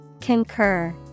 Concur